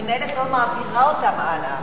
המנהלת לא מעבירה אותם הלאה.